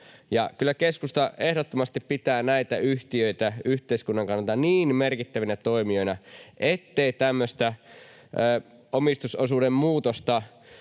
keskusta ehdottomasti pitää näitä yhtiöitä yhteiskunnan kannalta niin merkittävinä toimijoina, ettei tämmöistä omistusosuuden muutosta